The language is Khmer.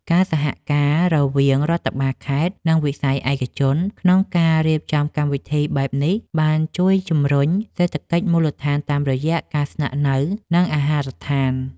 ការសហការរវាងរដ្ឋបាលខេត្ត និងវិស័យឯកជនក្នុងការរៀបចំកម្មវិធីបែបនេះ បានជួយជំរុញសេដ្ឋកិច្ចមូលដ្ឋានតាមរយៈការស្នាក់នៅ និងអាហារដ្ឋាន។